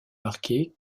marqués